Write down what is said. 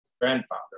Grandfather